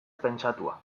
pentsatua